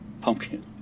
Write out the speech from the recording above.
pumpkin